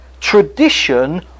tradition